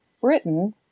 Britain